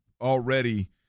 already